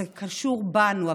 זה קשור בנו.